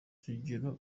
zigira